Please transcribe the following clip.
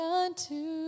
unto